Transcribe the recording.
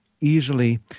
easily